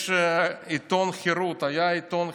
היה העיתון "חרות".